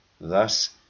Thus